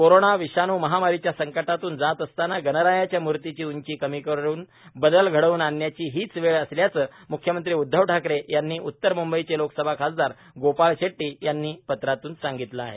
corona विषाण् महामारीच्या संकटातून जात असताना गणरायाच्या मूर्तीची उंची कमी करून बदल घडवून आणण्याची हीच वेळ असल्याचं म्ख्यमंत्री उद्धव ठाकरे यांना उतर म्ंबईचे लोकसभा खासदार गोपाळ शेट्टी यांनी पत्रातून सांगितलं आहे